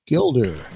Gilder